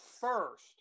first